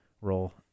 role